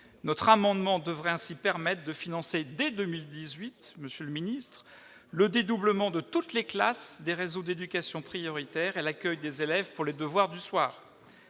notre amendement devrait ainsi permettre de financer, dès 2018, le dédoublement de toutes les classes des réseaux d'éducation prioritaire et l'accueil des élèves pour les devoirs du soir.